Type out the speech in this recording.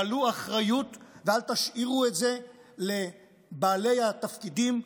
גלו אחריות ואל תשאירו את זה לבעלי התפקידים,